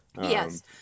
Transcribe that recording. Yes